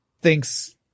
thinks